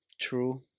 true